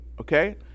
okay